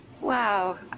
Wow